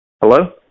Hello